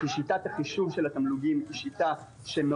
כי שיטת החישוב של התמלוגים - מעולם